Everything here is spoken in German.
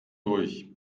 durch